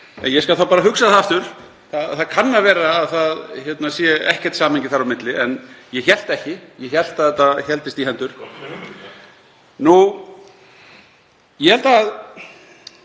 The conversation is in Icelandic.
Ég skal þá bara hugsa það aftur. Það kann að vera að það sé ekkert samhengi þar á milli. En ég hélt ekki. Ég hélt að þetta héldist í hendur. (Gripið fram í.)